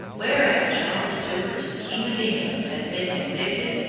whereas charles stuart, king of england, has been convicted,